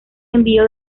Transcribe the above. envió